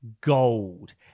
gold